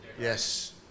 Yes